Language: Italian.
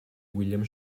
william